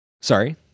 sorry